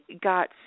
got